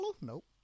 Nope